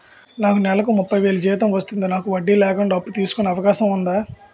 నాకు నేలకు ముప్పై వేలు జీతం వస్తుంది నాకు వడ్డీ లేకుండా అప్పు తీసుకునే అవకాశం ఉందా